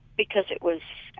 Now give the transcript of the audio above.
because it was